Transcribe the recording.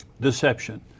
Deception